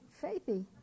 Faithy